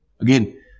Again